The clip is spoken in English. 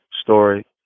story